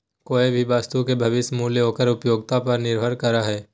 कोय भी वस्तु के भविष्य मूल्य ओकर उपयोगिता पर निर्भर करो हय